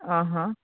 आं हां